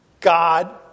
God